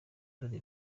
dore